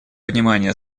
внимание